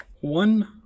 One